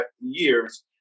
years